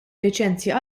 liċenzja